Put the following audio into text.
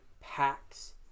packs